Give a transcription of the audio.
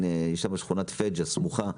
שכונת פג'ה היא שכונה הסמוכה לסירקין.